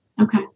Okay